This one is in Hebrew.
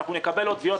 אנחנו נקבל עוד תביעות.